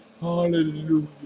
hallelujah